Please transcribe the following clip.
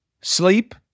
sleep